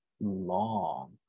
long